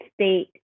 state